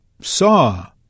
saw